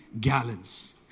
gallons